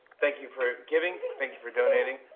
thank you for giving. thank you for donating.